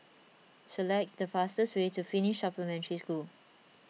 select the fastest way to Finnish Supplementary School